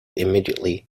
immediately